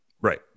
Right